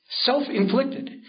Self-inflicted